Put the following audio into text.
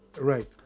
Right